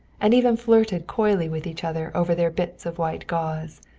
and even flirted coyly with each other over their bits of white gauze.